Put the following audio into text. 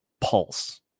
pulse